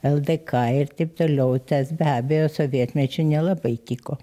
ldk ir taip toliau tas be abejo sovietmečiu nelabai tiko